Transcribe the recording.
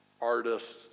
artists